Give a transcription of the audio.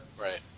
Right